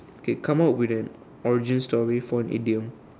okay come up with an origin story for an idiom